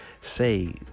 say